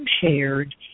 shared